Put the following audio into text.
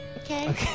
okay